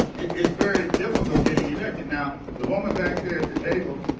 it's very difficult getting elected. now, the woman back there at the table,